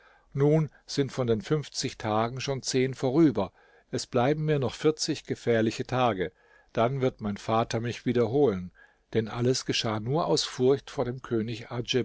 nun sind von den fünfzig tagen schon zehn vorüber es bleiben mir noch vierzig gefährliche tage dann wird mein vater mich wieder holen denn alles geschah nur aus furcht vor dem könig